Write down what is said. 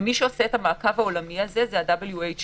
ומי שעושה את המעקב הזה זה ה-WHO.